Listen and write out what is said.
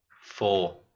Four